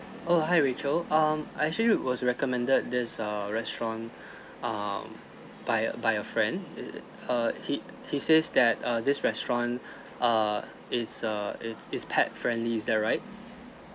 oh hi rachel um I actually was recommended this err restaurant um by by a friend it err he he says that uh this restaurant err it's a it's it's pet friendly is that right